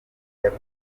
yari